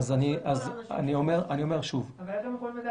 אבל אז איך הם יכולים לדעת?